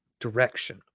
Direction